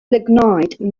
lignite